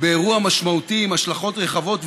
באירוע משמעותי עם השלכות רחבות,